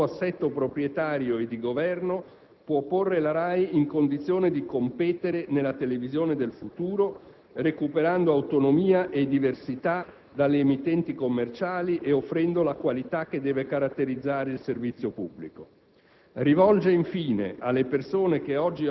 Ricorda a tutti che solo un nuovo assetto proprietario e di governo può porre la RAI in condizioni di competere nella televisione del futuro, recuperando autonomia e diversità dalle emittenti commerciali e offrendo la qualità che deve caratterizzare il servizio pubblico.